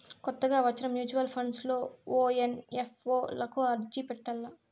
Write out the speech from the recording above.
కొత్తగా వచ్చిన mutual funds లో ఓ ఎన్.ఎఫ్.ఓ లకు అర్జీ పెట్టల్ల